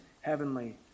heavenly